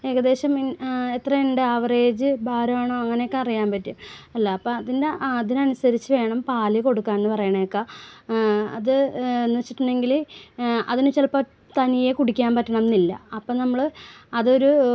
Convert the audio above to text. ഏകദേശം എത്രയുണ്ട് ആവറേജ് ഭാരവാണോ അങ്ങനെ ഒക്കെ അറിയാൻ പറ്റും അല്ലാ അപ്പം അതിൻ്റെ ആ അതിനൻസരിച്ച് വേണം പാല് കൊടുക്കാൻ എന്ന് പറയുന്നത് കേൾക്കാം അത് എന്ന് വെച്ചിട്ടുണ്ടെങ്കിൽ അതിന് ചിലപ്പം തനിയേ കുടിക്കാൻ പറ്റണം എന്നില്ല അപ്പം നമ്മൾ അതൊരു